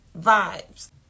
vibes